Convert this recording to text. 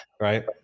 right